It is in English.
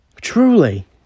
Truly